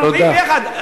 אנחנו עומדים ביחד.